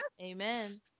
Amen